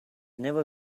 never